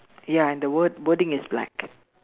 ya and the word wording is black